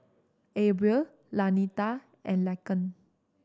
Abril Lanita and Laken